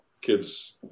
kids –